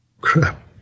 Crap